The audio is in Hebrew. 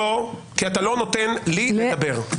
כי אתה לא נותן לי לדבר.